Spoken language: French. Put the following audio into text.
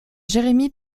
jeremy